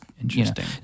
interesting